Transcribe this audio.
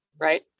right